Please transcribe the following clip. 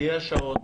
נשקיע שעות,